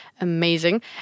Amazing